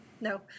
No